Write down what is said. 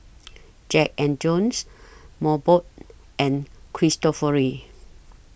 Jack and Jones Mobot and Cristofori